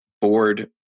board